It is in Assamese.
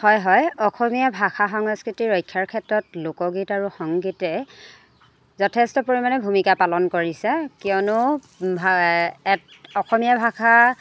হয় হয় অসমীয়া ভাষা সংস্কৃতিৰ ৰক্ষাৰ ক্ষেত্ৰত লোকগীত আৰু সংগীতে যথেষ্ট পৰিমাণে ভূমিকা পালন কৰিছে কিয়নো অসমীয়া ভাষা